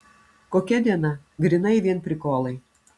kokia diena grynai vien prikolai